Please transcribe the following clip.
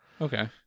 Okay